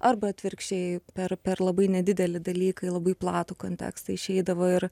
arba atvirkščiai per per labai nedidelį dalyką į labai platų kontekstą išeidavo ir